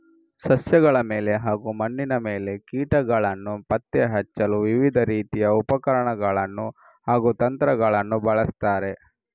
ಸಸ್ಯಗಳ ಮೇಲೆ ಹಾಗೂ ಮಣ್ಣಿನ ಮೇಲೆ ಕೀಟಗಳನ್ನು ಪತ್ತೆ ಹಚ್ಚಲು ವಿವಿಧ ರೀತಿಯ ಉಪಕರಣಗಳನ್ನು ಹಾಗೂ ತಂತ್ರಗಳನ್ನು ಬಳಸುತ್ತಾರೆ